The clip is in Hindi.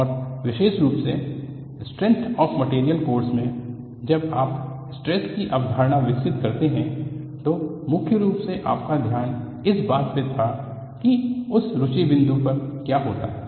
और विशेष रूप से स्ट्रेंथ ऑफ मटेरियल कोर्स में जब आप स्ट्रेस की अवधारणा विकसित करते हैं तो मुख्य रूप से आपका ध्यान इस बात पर था कि उस रुचि बिंदु पर क्या होता है